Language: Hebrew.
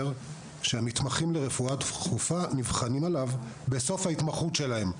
שהמתמחים ברפואה דחופה נבחנים עליו בסוף ההתמחות שלהם.